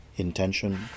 Intention